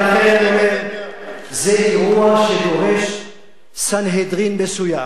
זה אירוע שדורש סנהדרין מסוימת בטורקיה,